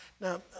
Now